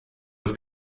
ist